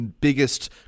biggest